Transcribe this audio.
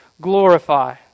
glorify